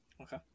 Okay